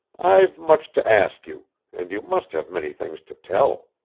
i've much to ask you and you must have many things to tell.